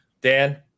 Dan